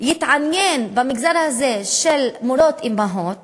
יתעניין במגזר הזה של מורות אימהות